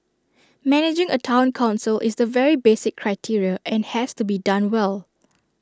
managing A Town Council is the very basic criteria and has to be done well